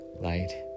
light